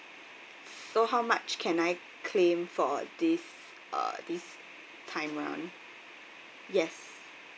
so how much can I claim for this uh this time round yes